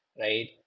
right